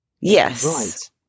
Yes